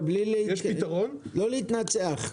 נו בסדר, לא להתנצח.